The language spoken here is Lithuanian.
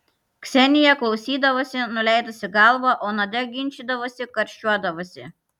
ksenija klausydavosi nuleidusi galvą o nadia ginčydavosi karščiuodavosi